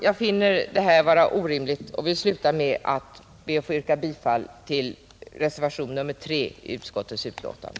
Jag finner detta orimligt och vill avsluta mitt anförande med att yrka bifall till reservationen 3 i utbildningsutskottets betänkande.